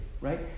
right